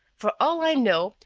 for all i know,